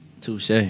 Touche